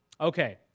Okay